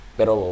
Pero